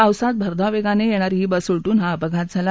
पावसात भरधाव वेगाने येणारी ही बस उलटून हा अपघात झाला